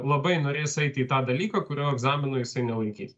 labai norės eiti į tą dalyką kurio egzamino jis nelaikyti